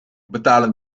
betalen